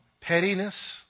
pettiness